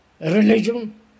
religion